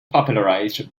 popularized